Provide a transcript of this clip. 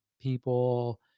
people